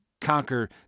conquer